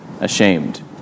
ashamed